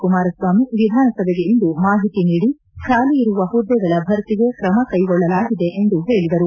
ಕುಮಾರಸ್ವಾಮಿ ವಿಧಾನಸಭೆಗೆ ಇಂದು ಮಾಹಿತಿ ನೀಡಿ ಖಾಲಿ ಇರುವ ಹುದ್ದೆಗಳ ಭರ್ತಿಗೆ ಕ್ರಮ ಕೈಗೊಳ್ಳಲಾಗಿದೆ ಎಂದು ಹೇಳದರು